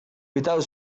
without